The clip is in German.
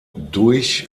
durch